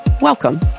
Welcome